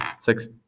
Six